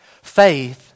Faith